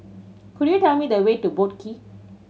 could you tell me the way to Boat Quay